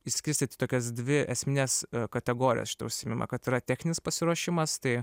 išskirstyti tokias dvi esmines kategorijas šito užsiėmimo kad yra techninis pasiruošimas tai